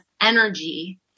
energy